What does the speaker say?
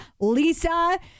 Lisa